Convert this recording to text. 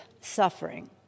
suffering